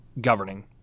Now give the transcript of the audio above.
governing